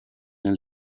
nel